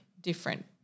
different